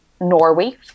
Norway